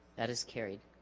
that is carried